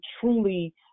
truly